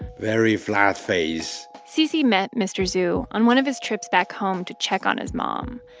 very flat face cc met mr. zhu on one of his trips back home to check on his mom.